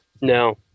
No